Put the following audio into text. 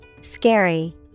scary